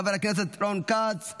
חבר הכנסת רון כץ,